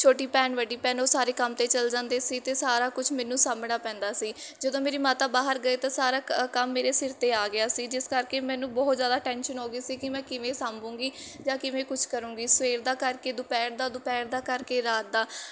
ਛੋਟੀ ਭੈਣ ਵੱਡੀ ਭੈਣ ਉਹ ਸਾਰੇ ਕੰਮ 'ਤੇ ਚਲ ਜਾਂਦੇ ਸੀ ਅਤੇ ਸਾਰਾ ਕੁਛ ਮੈਨੂੰ ਸਾਂਭਣਾ ਪੈਂਦਾ ਸੀ ਜਦੋਂ ਮੇਰੀ ਮਾਤਾ ਬਾਹਰ ਗਏ ਤਾਂ ਸਾਰਾ ਕ ਕੰਮ ਮੇਰੇ ਸਿਰ 'ਤੇ ਆ ਗਿਆ ਸੀ ਜਿਸ ਕਰਕੇ ਮੈਨੂੰ ਬਹੁਤ ਜ਼ਿਆਦਾ ਟੈਂਸ਼ਨ ਹੋ ਗਈ ਸੀ ਕਿ ਮੈਂ ਕਿਵੇਂ ਸਾਂਭੂੰਗੀ ਜਾਂ ਕਿਵੇਂ ਕੁਛ ਕਰਾਂਗੀ ਸਵੇਰ ਦਾ ਕਰਕੇ ਦੁਪਹਿਰ ਦਾ ਦੁਪਹਿਰ ਦਾ ਕਰਕੇ ਰਾਤ ਦਾ